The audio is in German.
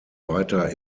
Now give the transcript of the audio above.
weiter